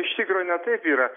iš tikro ne taip yra